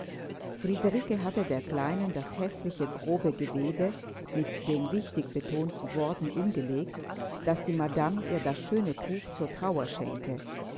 friederike hatte der kleinen das häßliche grobe gewebe mit den wichtig betonten worten umgelegt daß die madame ihr das schöne tuch zur trauer schenke